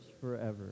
forever